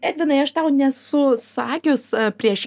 edvinai aš tau nesu sakius prieš